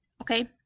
okay